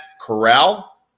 Corral